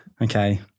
Okay